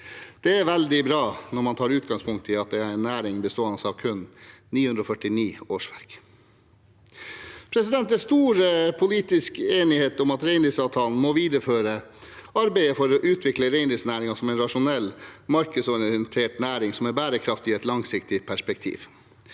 Det er veldig bra når man tar utgangspunkt i at det er en næring bestående av kun 949 årsverk. Det er stor politisk enighet om at reindriftsavtalen må videreføre arbeidet for å utvikle reindriftsnæringen som en rasjonell, markedsorientert næring som er bærekraftig i et langsiktig perspektiv,